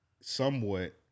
somewhat